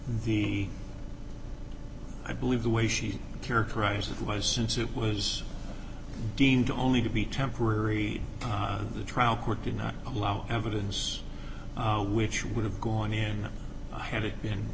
the i believe the way she characterize it was since it was deemed only to be temporary the trial court did not allow evidence which would have gone in a had it been